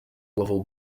głową